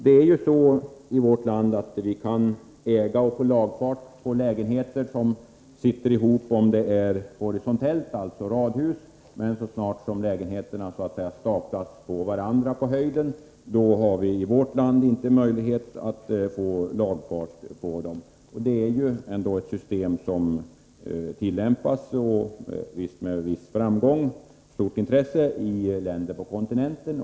Det är ju så i vårt land att man kan äga och få lagfart på lägenheter som sitter ihop horisontellt, dvs. radhus, men så snart lägenheterna så att säga är staplade på varandra på höjden har vi inte möjlighet att få lagfart på dem. Ett system med ägande i det senare fallet har ändå tillämpats med en viss framgång och stort intresse i olika länder på kontinenten.